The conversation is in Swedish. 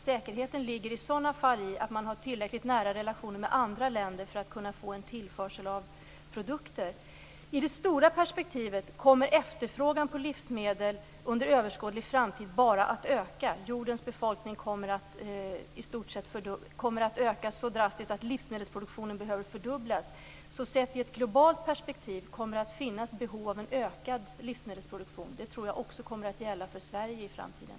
Säkerheten ligger i sådana fall på att man har tillräckligt nära relationer med andra länder för att kunna få en tillförsel av produkter. I det stora perspektivet kommer efterfrågan på livsmedel under överskådlig framtid bara att öka. Jordens befolkning kommer att öka så drastiskt att livsmedelsproduktionen behöver fördubblas. Sett i ett globalt perspektiv kommer det att finnas behov av en ökad livsmedelsproduktion. Det tror jag också kommer att gälla för Sverige i framtiden.